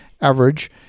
average